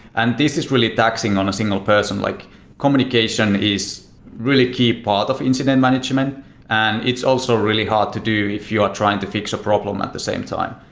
and this is really taxing on a single person, like communication is really a key part of incident management and it's also really hard to do if you are trying to fix a problem at the same time.